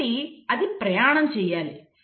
కాబట్టి అది ప్రయాణం చేయాలి